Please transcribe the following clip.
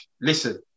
Listen